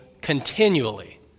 continually